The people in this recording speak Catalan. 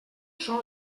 són